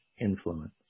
influence